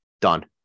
Done